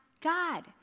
God